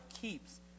keeps